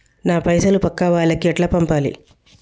నా పైసలు పక్కా వాళ్లకి ఎట్లా పంపాలి?